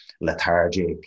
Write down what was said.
lethargic